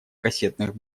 кассетных